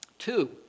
Two